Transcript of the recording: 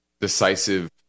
decisive